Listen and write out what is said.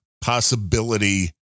possibility